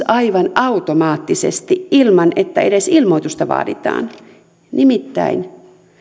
aivan automaattisesti ilman että edes ilmoitusta vaaditaan nimittäin